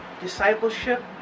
discipleship